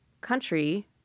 country